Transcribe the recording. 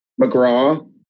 McGraw